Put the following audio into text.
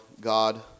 God